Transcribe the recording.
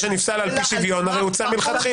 מה שנפסל על פי שוויון, הרי הוצא מלכתחילה.